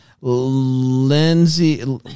Lindsay